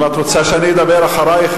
אם את רוצה שאני אדבר אחרייך,